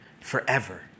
forever